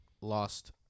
lost